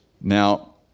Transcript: Now